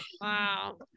Wow